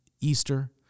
Easter